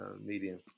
Medium